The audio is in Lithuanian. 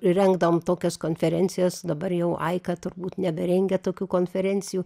rengdavom tokios konferencijos dabar jau aika turbūt neberengia tokių konferencijų